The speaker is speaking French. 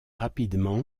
rapidement